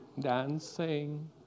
Dancing